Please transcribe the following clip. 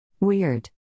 Weird